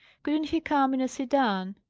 couldn't he come in a sedan?